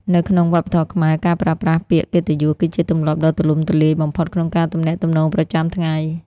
នៅក្នុងវប្បធម៌ខ្មែរ ការប្រើប្រាស់ពាក្យកិត្តិយស គឺជាទម្លាប់ដ៏ទូលំទូលាយបំផុតក្នុងការទំនាក់ទំនងប្រចាំថ្ងៃ។